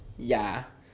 ya